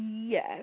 Yes